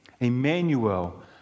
Emmanuel